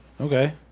Okay